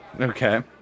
okay